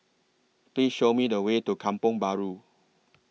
Please Show Me The Way to Kampong Bahru